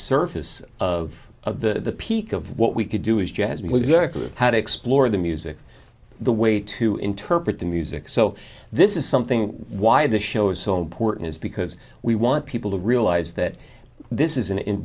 surface of the peak of what we could do is jazz music or how to explore the music the way to interpret the music so this is something why the show is so important is because we want people to realize that this isn't in